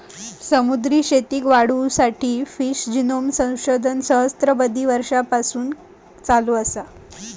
समुद्री शेतीक वाढवुसाठी फिश जिनोमचा संशोधन सहस्त्राबधी वर्षांपासून चालू असा